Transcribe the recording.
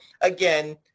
again –